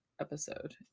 episode